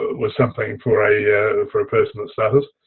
was something for a for a personal status,